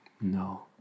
no